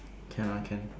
can lah can